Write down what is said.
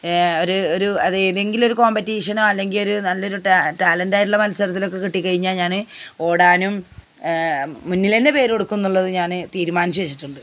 ഒരു അത് ഏതെങ്കിലും ഒരു കോമ്പറ്റീഷനോ അല്ലെങ്കിൽ ഒരു നല്ലൊരു ടാലൻറ്റായിട്ടുള്ള മത്സരത്തിലൊക്കെ കിട്ടിക്കഴിഞ്ഞാല് ഞാന് ഓടാനും മുന്നില് തന്നെ പേരു കൊടുക്കുമെന്നുള്ളത് ഞാന് തീരുമാനിച്ചുവച്ചിട്ടുണ്ട്